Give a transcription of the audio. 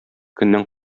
көннән